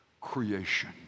creation